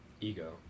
Ego